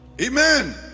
Amen